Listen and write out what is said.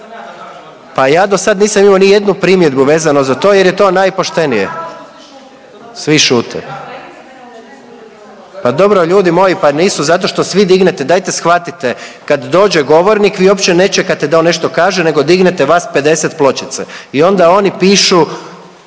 Zato što svi šute/…. Svi šute. …/Upadica iz klupe se ne razumije/…. Pa dobro ljudi moji, pa nisu zato što svi dignete, dajte shvatite, kad dođe govornik vi uopće ne čekate da on nešto kaže nego dignete vas 50 pločice i onda oni pišu